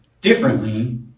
differently